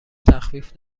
تخفیف